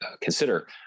consider